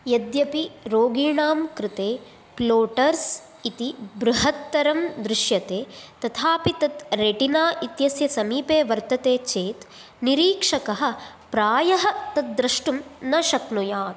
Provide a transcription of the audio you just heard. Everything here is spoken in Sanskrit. यद्यपि रोगीणां कृते फ्लोटर्स् इति बृहत्तरं दृश्यते तथापि तत् रेटिना इत्यस्य समीपे वर्तते चेत् निरीक्षकः प्रायः तद्द्रष्टुं न शक्नुयात्